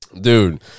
Dude